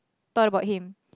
thought about him